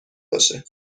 باشه